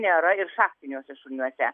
nėra ir šachtiniuose šuliniuose